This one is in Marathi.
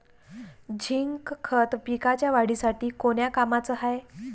झिंक खत पिकाच्या वाढीसाठी कोन्या कामाचं हाये?